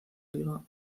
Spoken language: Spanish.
liga